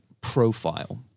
profile